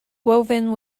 woven